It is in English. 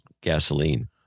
gasoline